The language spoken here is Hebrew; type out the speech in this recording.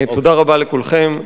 תודה רבה לכולכם.